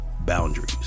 Boundaries